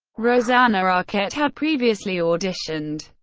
rosanna arquette had previously auditioned.